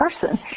person